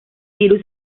virus